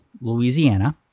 Louisiana